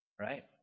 Right